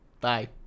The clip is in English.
Bye